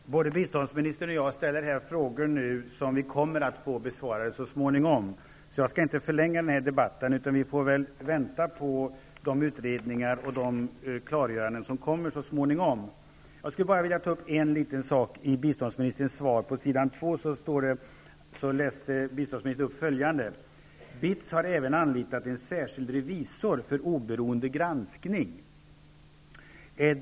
Herr talman! Både biståndsministern och jag ställer här frågor som så småningom kommer att bli besvarade. Jag skall inte förlänga den här debatten mera. Vi får väl vänta på de utredningar och klargöranden som så småningom kommer. Det är bara en liten sak i biståndsministerns svar som jag skulle vilja kommentera. I det skriftliga svaret står det: ''BITS har även anlitat en särskild revisor för oberoende granskning.''